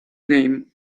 name